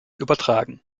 übertragen